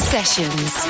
Sessions